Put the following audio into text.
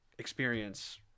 Experience